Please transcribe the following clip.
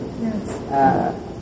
Yes